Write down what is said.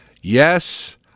yes